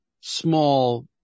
small